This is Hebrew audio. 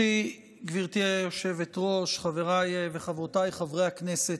גברתי היושבת-ראש, חבריי וחברותיי חברי הכנסת,